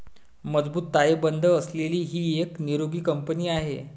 मजबूत ताळेबंद असलेली ही एक निरोगी कंपनी आहे